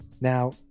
now